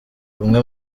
umwe